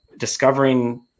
discovering